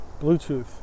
Bluetooth